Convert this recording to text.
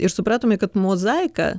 ir supratome kad mozaika